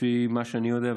לפי מה שאני יודע,